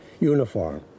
uniform